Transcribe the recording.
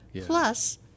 Plus